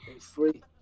free